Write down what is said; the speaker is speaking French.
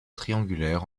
triangulaire